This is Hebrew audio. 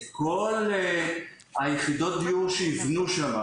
את כל היחידות דיור שיבנו שם,